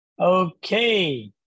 Okay